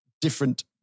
different